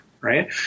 right